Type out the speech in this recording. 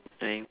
I'm